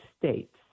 states